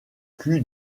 cul